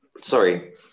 sorry